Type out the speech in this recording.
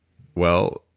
well,